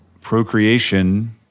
procreation